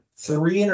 Three